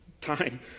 time